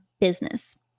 business